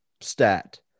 stat